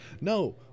No